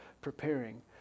preparing